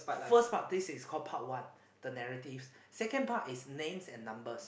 first part this is called part one the narrative second part is names and numbers